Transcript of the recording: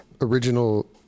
original